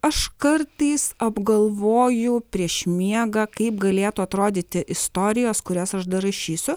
aš kartais apgalvoju prieš miegą kaip galėtų atrodyti istorijos kurias aš dar rašysiu